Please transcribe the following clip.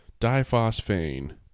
diphosphane